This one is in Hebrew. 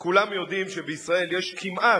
כולם יודעים שיש בישראל כמעט,